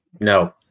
No